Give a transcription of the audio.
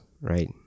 right